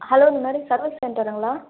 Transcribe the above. hello இந்த மாதிரி service சென்டருங்களா